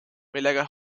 millega